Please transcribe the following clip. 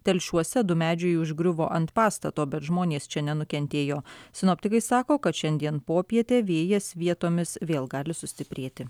telšiuose du medžiai užgriuvo ant pastato bet žmonės čia nenukentėjo sinoptikai sako kad šiandien popietę vėjas vietomis vėl gali sustiprėti